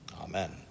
Amen